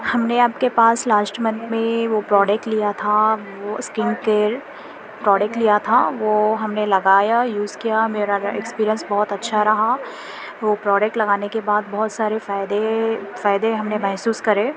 ہم نے آپ کے پاس لاسٹ منتھ میں وہ پروڈکٹ لیا تھا وہ اسکن کیئر پروڈکٹ لیا تھا وہ ہم نے لگایا یوز کیا میرا ایکسپیرینس بہت اچھا رہا وہ پروڈکٹ لگانے کے بعد بہت سارے فائدے فائدے ہم نے محسوس کرے